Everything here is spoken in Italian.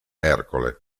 ercole